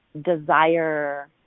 desire